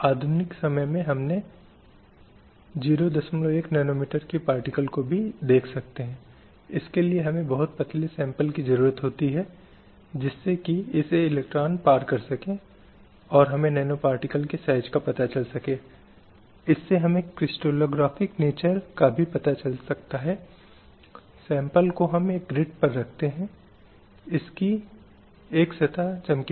तो यह जो रखता है वह यह है कि सभी मनुष्य जन्म से ही स्वतंत्र और सम्मान और अधिकार में समान है वे तर्क और विवेक से संपन्न होते हैं और एक दूसरे के प्रति भाईचारे की भावना से काम करना चाहिए